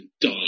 die